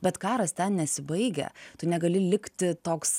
bet karas ten nesibaigia tu negali likti toks